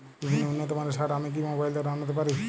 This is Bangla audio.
বিভিন্ন উন্নতমানের সার আমি কি মোবাইল দ্বারা আনাতে পারি?